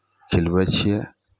खिलबै छियै